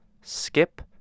skip